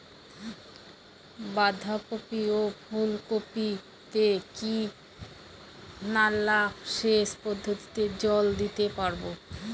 বাধা কপি ও ফুল কপি তে কি নালা সেচ পদ্ধতিতে জল দিতে পারবো?